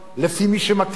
לפי מי שמתאים לנו,